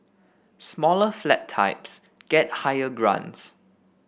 smaller flat types get higher grants